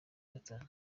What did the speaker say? gatanu